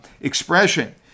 expression